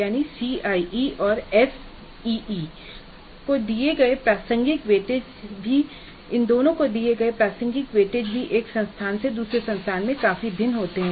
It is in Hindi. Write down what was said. CIE और SEE को दिए गए प्रासंगिक वेटेज भी एक संस्थान से दूसरे संस्थान में काफी भिन्न होते हैं